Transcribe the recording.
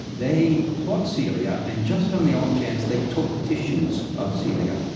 they caught celia, and just on the off chance they took tissues of celia,